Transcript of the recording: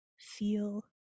feel